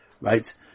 right